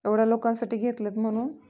एवढ्या लोकांसाठी घेतलंत म्हणून